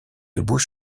debout